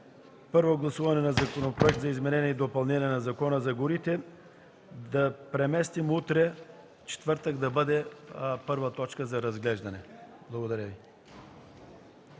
Първо гласуване на законопроекти за изменение и допълнение на Закона за горите. Да я преместим за утре, четвъртък, и да бъде първа точка за разглеждане. Благодаря Ви.